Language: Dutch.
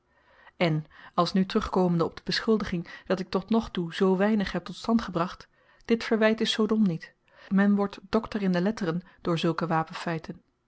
en alsnu terugkomende op de beschuldiging dat ik tot nog toe zoo weinig heb tot stand gebracht dit verwyt is zoo dom niet men wordt doctor in de letteren door zulke wapenfeiten